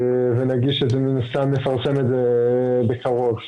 ונפרסם את זה בקרוב.